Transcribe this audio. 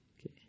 Okay